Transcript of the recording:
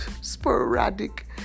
sporadic